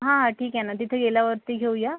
हां ठीक आहे नं तिथे गेल्यावरती घेऊ या